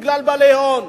בגלל בעלי ההון.